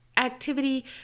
activity